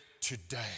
today